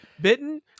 bitten